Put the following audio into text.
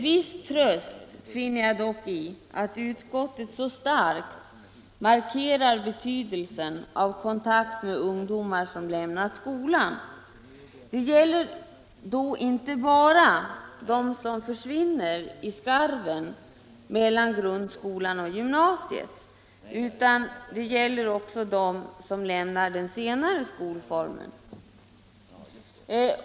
Viss tröst finner jag dock i att utskottet så starkt markerar betydelsen av kontakt med ungdomar som lämnat skolan. Det gäller då inte bara dem som försvinner i skarven mellan grundskolan och gymnasiet, utan också dem som lämnar den senare skolformen.